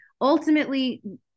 ultimately